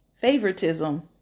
favoritism